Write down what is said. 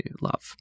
love